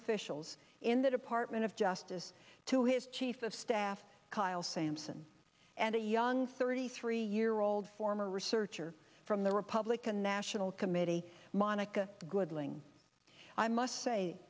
officials in the department of justice to his chief of staff kyle sampson and a young thirty three year old former researcher from the republican national committee monica goodling i must say